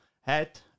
head